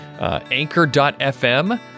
anchor.fm